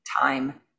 time